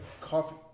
coffee